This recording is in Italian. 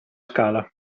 scala